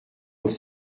aux